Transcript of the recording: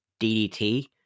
ddt